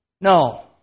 No